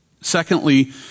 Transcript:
Secondly